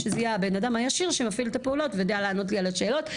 שזה יהיה הבנאדם הישיר שמפעיל את הפעולות וידע לענות לי על שאלות,